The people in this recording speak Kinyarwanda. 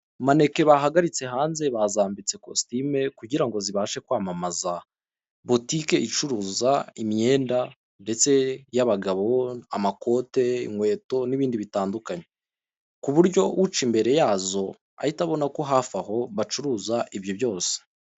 Maneke bahagaritse hanze, bazambitse kositime kugira ngo zibashe kwamamaza. Butike icuruza imyenda ndetse y'abagabo, amakote, inkweto n'ibindi bitandukanye, ku buryo uca imbere yazo ahita abona ko hafi aho bacuruza ibyo byose.